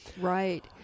Right